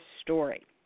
story